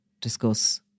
discuss